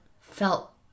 felt